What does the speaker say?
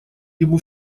ему